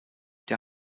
der